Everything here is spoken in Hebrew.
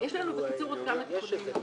יש לנו עוד כמה תיקוני נוסח.